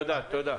תודה.